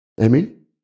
Amen